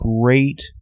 great